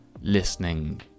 listening